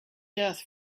death